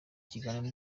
kiganiro